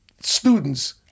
students